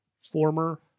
former